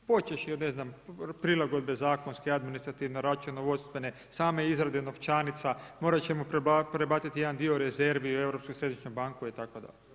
Počevši od ne znam prilagodbe zakonske, administrativne, računovodstvene, same izrade novčanica, morat ćemo prebaciti jedan dio rezervi u Europsku središnju banku itd.